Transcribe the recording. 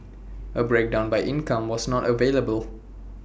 A breakdown by income was not available